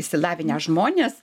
išsilavinę žmonės